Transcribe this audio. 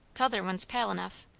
t'other one's pale enough.